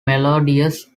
melodious